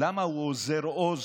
למה הוא אוזר עוז